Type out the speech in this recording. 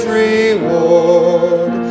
reward